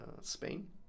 Spain